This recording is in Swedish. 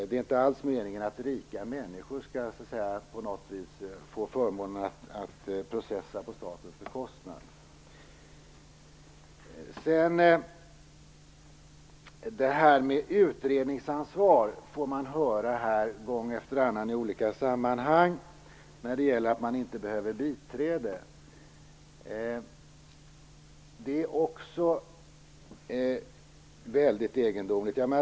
Det är inte alls meningen att rika människor på något sätt skall få förmånen att processa på statens bekostnad. Det sägs här gång efter annan i olika sammanhang att man inte behöver biträde i fråga om utredningsansvar. Det är också väldigt egendomligt.